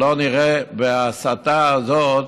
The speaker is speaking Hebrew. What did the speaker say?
ההסתה הזאת